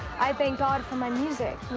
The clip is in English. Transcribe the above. i thank god for my music,